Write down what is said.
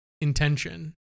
intention